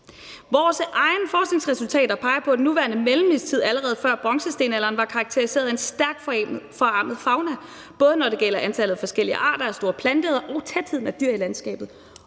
»Vores egne forskningsresultater peger på, at den nuværende mellemistid allerede før bondestenalderen var karakteriseret af en stærkt forarmet fauna – både når det gælder antallet af forskellige arter af store planteædere og tætheden af dyr i landskabet.